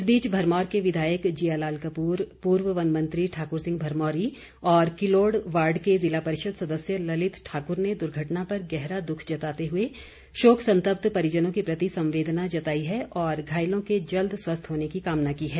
इस बीच भरमौर के विधायक जियालाल कपूर पूर्व वन मंत्री ठाकुर सिंह भरमौरी और किलोड़ वार्ड के जिला परिषद सदस्य ललित ठाकुर ने दुर्घटना पर गहरा दुख जताते हुए शोक संतप्त परिजनों के प्रति संवेदना जताई है और घायलों के जल्द स्वस्थ होने की कामना की है